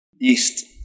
Yeast